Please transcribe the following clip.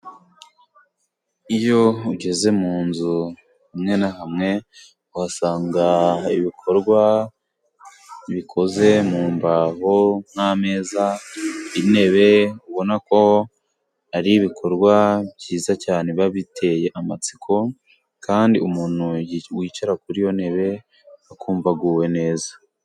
Iyo ugeze munzu，hamwe na hamwe uhasanga ibikorwa bikoze mu mbaho，nk'ameza，intebe， ubona ko ari ibikorwa byiza cyane， biba biteye amatsiko， kandi umuntu wicara kuri iyo ntebe akumva aguwe neza.